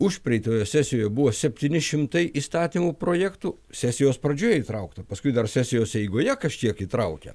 užpereitoje sesijoje buvo septyni šimtai įstatymų projektų sesijos pradžioje traukta paskui dar sesijos eigoje kažkiek įtraukia